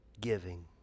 giving